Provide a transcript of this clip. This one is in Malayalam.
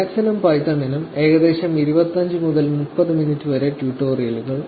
ലിനക്സിനും പൈത്തണിനും ഏകദേശം 25 മുതൽ 30 മിനിറ്റ് വരെ ട്യൂട്ടോറിയലുകൾ